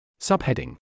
Subheading